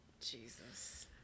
Jesus